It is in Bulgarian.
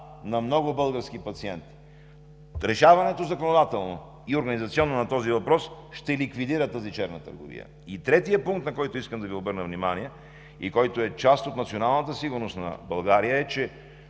на много български пациенти. Законодателно и организационно решаване на този въпрос ще ликвидира тази черна търговия. И третият пункт, на който искам да Ви обърна внимание, и който е част от националната сигурност на България, е, че